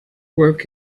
work